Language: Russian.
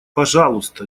пожалуйста